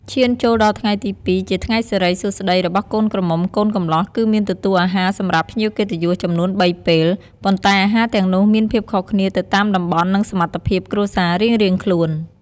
ឈានចូលដល់ថ្ងៃទី២ ជាថ្ងៃសិរិសួស្តីរបស់កូនក្រមុំកូនកំលោះគឺមានទទួលអាហារសម្រាប់ភ្ញៀវកិត្តិយសចំនួន៣ពេល ប៉ុន្តែអាហារទាំងនោះមានភាពខុសគ្នាទៅតាមតំបន់និងសមត្ថភាពគ្រួសាររៀងៗខ្លួន។